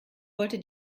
wollte